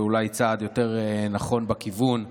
ואולי צעד יותר נכון בכיוון.